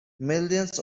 millions